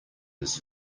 his